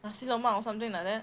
nasi lemak or something like that